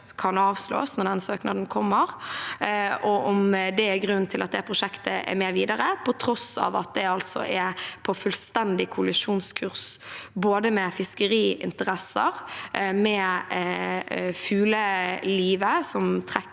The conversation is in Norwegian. kan avslås når den søknaden kommer, og om det er grunnen til at det prosjektet er med videre, på tross av at det altså er fullstendig på kollisjonskurs med både fiskeriinteresser og fuglelivet som er